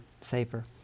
safer